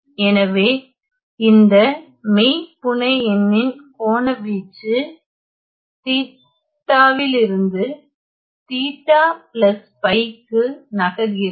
எனவே இந்த மெய்புனையெண்ணின் கோணவீச்சு ϴ விலிருந்து ϴ π க்கு நகர்கிறது